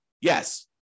Yes